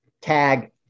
tag